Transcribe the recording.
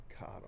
God